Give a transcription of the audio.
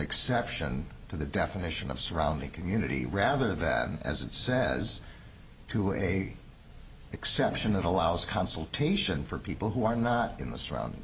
exception to the definition of surrounding community rather than as it says to a exception that allows consultation for people who are not in the surrounding